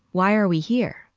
why are we here?